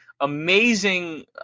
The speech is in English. amazing